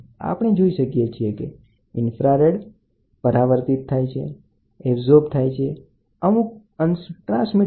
આપણે અહી જોઈ શકીએ છીએ કે ઇન્ફ્રારેડ સંચારિત થાય છે પરાવર્તિત થાય છે એબઝોર્બ થાય છે બરાબર